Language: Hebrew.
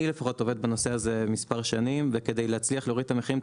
עובד בנושא הזה מספר שנים וכדי להצליח להוריד את המחירים,